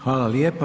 Hvala lijepa.